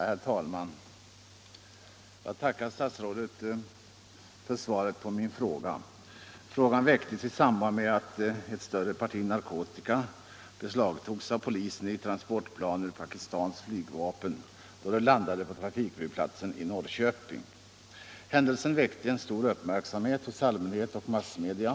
Herr talman! Jag tackar statsrådet för svaret på min fråga. Frågan framställdes i samband med att ett större parti narkotika beslagtogs av polisen i ett transportplan ur Pakistans flygvapen då det landade på trafikflygplatsen i Norrköping. Händelsen väckte stor uppmärksamhet hos allmänhet och massmedia.